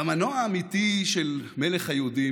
והמנוע האמיתי של "מלך היהודים",